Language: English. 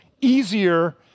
easier